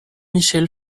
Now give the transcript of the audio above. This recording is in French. michel